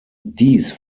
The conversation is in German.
dies